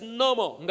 normal